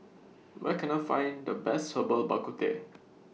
Where Can I Find The Best Herbal Bak Ku Teh